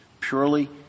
purely